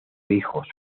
hijos